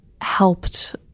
helped